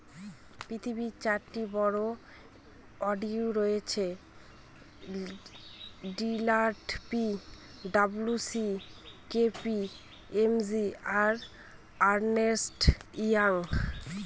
পৃথিবীর চারটি বড়ো অডিট হচ্ছে Deloitte P W C K P M G আর আর্নেস্ট ইয়ং